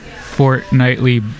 fortnightly